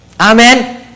amen